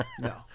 no